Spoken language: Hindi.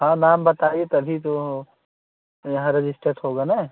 हाँ नाम बताइए तभी तो यहाँ रजिस्टर्ट होगा ना